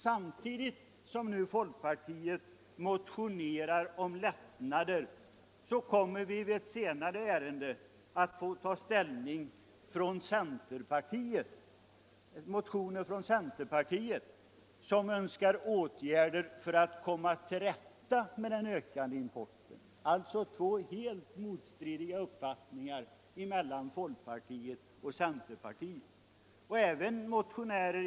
Samtidigt som folkpartiet nu motionerar om lättnader kommer vi i ett senare ärende att få ta ställning till motioner från centerpartiet som önskar åtgärder för att komma till rätta med den ökande importen — två helt motstridiga uppfattningar från folkpartiet och centerpartiet.